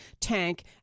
tank